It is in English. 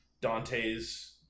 dante's